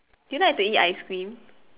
do you like to eat ice cream